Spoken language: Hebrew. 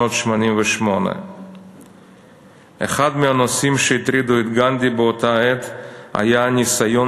1988. אחד מהנושאים שהטרידו את גנדי באותה עת היה הניסיון